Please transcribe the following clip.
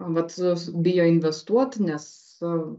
arba tiesiog bijo inverstuot nes